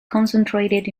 concentrated